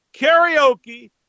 karaoke